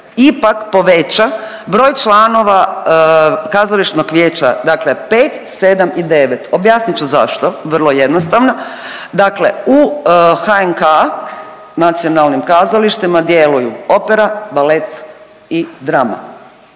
ipak poveća broj članova kazališnog vijeća, dakle 5, 7 i 9. Objasnit ću zašto, vrlo jednostavno. Dakle u HNK, nacionalnim kazalištima, djeluju, opera, balet i drama